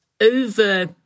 over